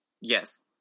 Yes